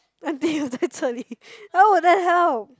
aunty 我在这里：wo zai zhe li how would they help